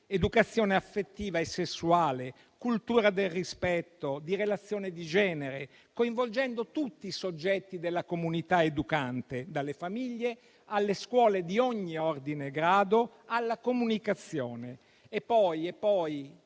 educazione affettiva e sessuale e cultura del rispetto e di relazione di genere, coinvolgendo tutti i soggetti della comunità educante, dalle famiglie alle scuole di ogni ordine e grado, alla comunicazione.